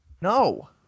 No